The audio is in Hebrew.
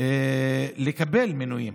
לקבל מינויים,